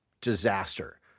disaster